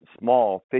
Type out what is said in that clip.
small